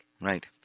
Right